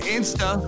Insta